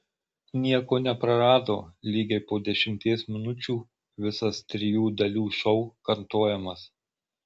nieko neprarado lygiai po dešimties minučių visas trijų dalių šou kartojamas